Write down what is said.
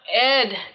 Ed